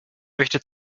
möchte